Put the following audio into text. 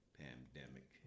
pandemic